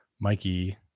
Mikey